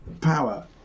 power